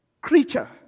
creature